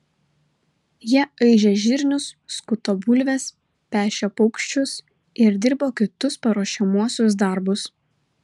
jie aižė žirnius skuto bulves pešė paukščius ir dirbo kitus paruošiamuosius darbus